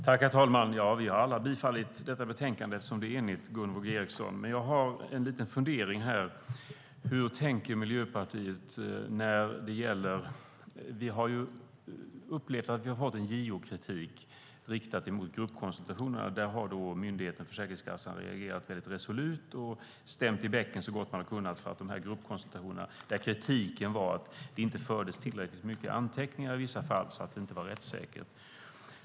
Herr talman! Vi har alla biträtt detta betänkande, som är enigt, Gunvor G Ericson. Jag har en liten fundering. Hur tänker Miljöpartiet? Vi har upplevt att vi har fått en JO-kritik riktad mot gruppkonsultationerna. Där har myndigheten Försäkringskassan agerat väldigt resolut och stämt i bäcken så gott den har kunnat. Kritiken mot gruppkonsultationerna var att det inte fördes tillräckligt mycket anteckningar i vissa fall så att det inte var rättssäkert.